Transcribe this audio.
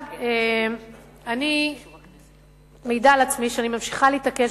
אני מעידה על עצמי שאני ממשיכה להתעקש,